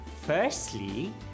Firstly